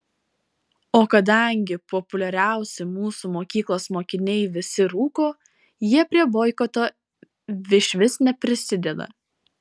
o kadangi populiariausi mūsų mokyklos mokiniai visi rūko jie prie boikoto išvis neprisideda